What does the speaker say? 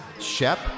Shep